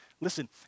Listen